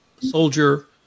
soldier